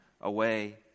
away